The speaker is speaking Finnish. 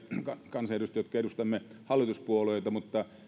kansanedustajia jotka edustamme hallituspuolueita mutta